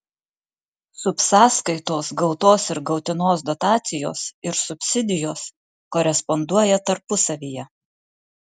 subsąskaitos gautos ir gautinos dotacijos ir subsidijos koresponduoja tarpusavyje